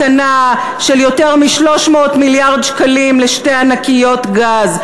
מתנה של יותר מ-300 מיליארד שקלים לשתי ענקיות גז.